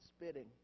spitting